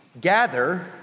gather